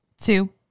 two